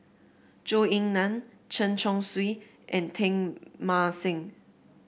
Zhou Ying Nan Chen Chong Swee and Teng Mah Seng